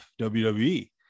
WWE